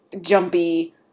jumpy